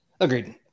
Agreed